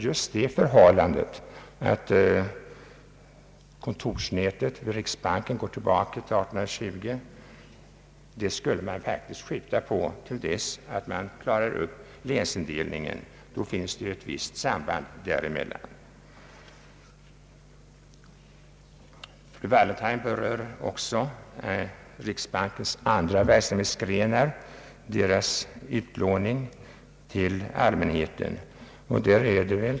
Just det förhållandet att riksbankens kontorsnät härrör från 1820 och är knutet till länsindelningen bör enligt min mening vara ett skäl för att kontorsnätet inte ändras förrän frågan om länsindelningen prövas. Fru Wallentheim berörde också riksbankens andra verksamhetsgrenar och utlåningen till allmänheten.